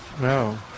No